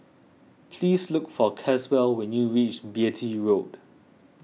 please look for Caswell when you reach Beatty Road